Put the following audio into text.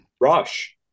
Rush